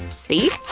see?